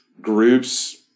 groups –